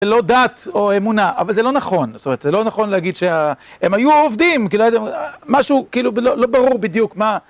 זה לא דת או אמונה, אבל זה לא נכון, זאת אומרת, זה לא נכון להגיד שהם היו עובדים, כי לא יודע, משהו כאילו לא ברור בדיוק מה...